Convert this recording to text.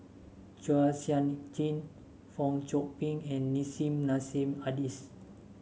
Chua Sian Chin Fong Chong Pik and Nissim Nassim Adis